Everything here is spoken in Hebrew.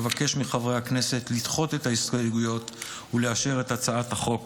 אבקש מחברי הכנסת לדחות את ההסתייגויות ולאשר את הצעת החוק